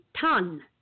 ton